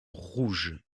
rouge